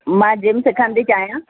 मां जिम सिखण थी चाहियां